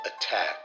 attack